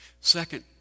Second